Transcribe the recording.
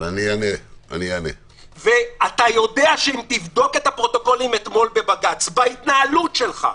אתה יודע שאם תבדוק את הפרוטוקולים אתמול בבג"ץ בהתנהלות שלך,